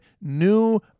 new